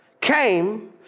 came